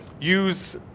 use